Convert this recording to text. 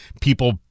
people